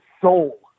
soul